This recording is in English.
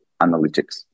analytics